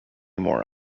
more